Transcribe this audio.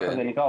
ככה זה נקרא,